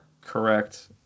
Correct